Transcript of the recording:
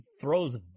throws